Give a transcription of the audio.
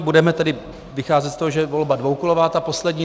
Budeme tedy vycházet z toho, že je volba dvoukolová, ta poslední.